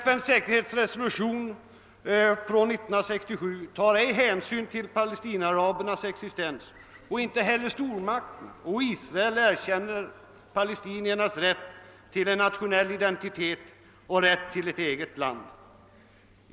FN:s säkerhetsråds resolution från 1967 tar ej hänsyn till palestinaarabernas existens och inte heller stormakterna och Israel erkänner palestiniernas rätt till en nationell identitet och till ett eget land.